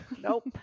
Nope